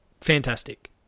fantastic